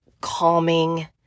calming